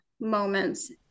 moments